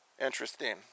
Interesting